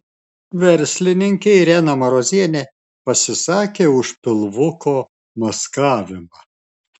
verslininkė irena marozienė pasisakė už pilvuko maskavimą